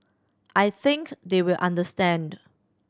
I think they will understand